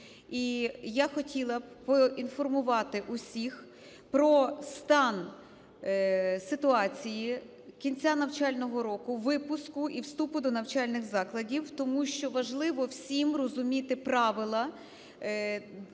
і я хотіла б поінформувати всіх про стан ситуації кінця навчального року, випуску і вступу до навчальних закладів. Тому що важливо всім розуміти правила,